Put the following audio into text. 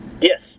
Yes